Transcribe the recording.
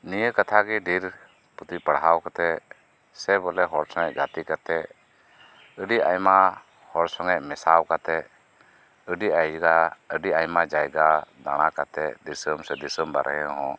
ᱱᱤᱭᱟᱹ ᱠᱟᱛᱷᱟ ᱜᱮ ᱰᱷᱮᱨ ᱯᱩᱛᱷᱤ ᱯᱟᱲᱦᱟᱣ ᱠᱟᱛᱮᱫ ᱥᱮ ᱵᱚᱞᱮ ᱦᱚᱲ ᱥᱚᱜᱮ ᱜᱟᱛᱮ ᱠᱟᱛᱮᱫ ᱟᱹᱰᱤ ᱟᱭᱢᱟ ᱦᱚᱲ ᱥᱚᱸᱜᱮ ᱢᱮᱥᱟ ᱠᱟᱛᱮ ᱟᱹᱰᱤ ᱟᱭᱡᱟ ᱟᱹᱰᱤ ᱟᱭᱢᱟ ᱡᱟᱭᱡᱟ ᱫᱟᱲᱟ ᱠᱟᱛᱮᱫ ᱫᱤᱥᱚᱢ ᱥᱮ ᱫᱤᱥᱚᱢ ᱵᱟᱨᱦᱮ ᱦᱚᱸ